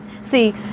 See